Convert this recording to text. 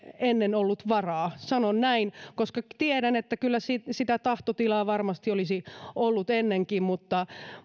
ennen ollut varaa sanon näin koska tiedän että kyllä sitä tahtotilaa varmasti olisi ollut ennenkin mutta